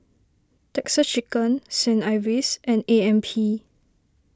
Texas Chicken Saint Ives and A M P